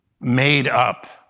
made-up